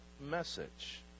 message